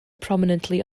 prominently